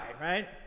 right